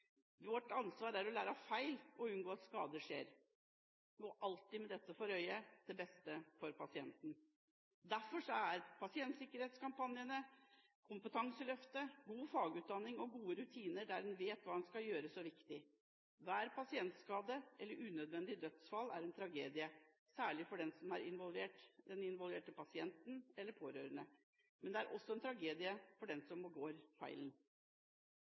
vårt helsevesen. Vårt ansvar er å lære av feil og unngå at skader skjer, og alltid med dette for øye: til beste for pasienten. Derfor er pasientsikkerhetskampanjer, Kompetanseløftet, god fagutdanning og gode rutiner der en vet hva en skal gjøre, så viktig. Hver pasientskade eller hvert unødvendig dødsfall er en tragedie, særlig for den involverte pasienten eller pårørende, men det er også en tragedie for den som begår feilen.